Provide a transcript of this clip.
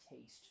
taste